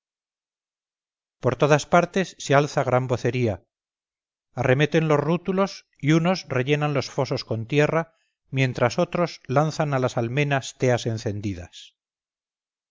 por todas partes se alza gran vocería arremeten los rútulos y unos rellenan los fosos con tierra mientras otros lanzan a las almenas teas encendidas